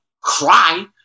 cry